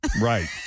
Right